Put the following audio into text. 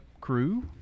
Crew